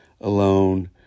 alone